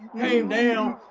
hey now,